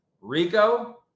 Rico